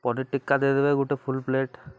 ପନିର୍ ଟିକ୍କା ଦେଇ ଦେବେ ଗୋଟେ ଫୁଲ୍ ପ୍ଲେଟ୍